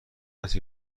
است